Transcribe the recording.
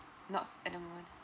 not at the moment